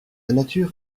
nature